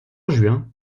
juin